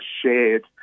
shared